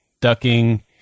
ducking